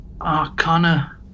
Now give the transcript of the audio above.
Arcana